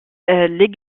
les